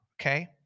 okay